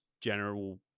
general